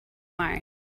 mars